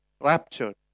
raptured